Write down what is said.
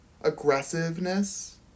aggressiveness